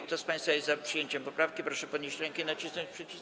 Kto z państwa jest za przyjęciem poprawki, proszę podnieść rękę i nacisnąć przycisk.